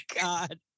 God